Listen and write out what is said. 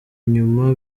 inyuma